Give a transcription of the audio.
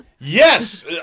Yes